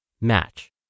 match